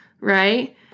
right